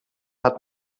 hat